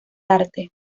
arte